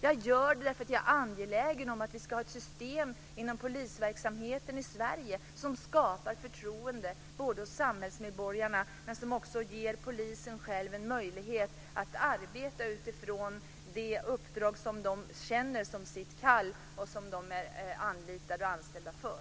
Jag gör det därför att jag är angelägen om att vi ska ha ett system inom polisverksamheten i Sverige som både skapar förtroende hos samhällsmedborgarna och ger poliserna själva en möjlighet att arbeta utifrån det uppdrag de känner som sitt kall och som de är anlitade och anställda för.